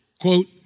quote